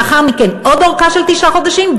לאחר מכן עוד ארכה של תשעה חודשים,